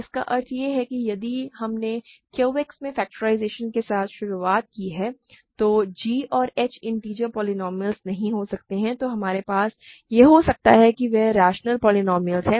इसका अर्थ यह है कि यदि हमने Q X में फ़ैक्टराइज़ेशन के साथ शुरुआत की है तो g और h इन्टिजर पोलीनोमिअलस नहीं हो सकते हैं तो हमारे पास यह हो सकता है कि वे केवल रैशनल पोलीनोमिअलस हैं